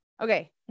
Okay